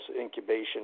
incubation